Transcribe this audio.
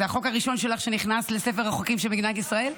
זה החוק הראשון שלך שנכנס לספר החוקים של מדינת ישראל.